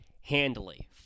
handily